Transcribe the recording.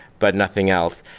but nothing else.